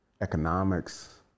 economics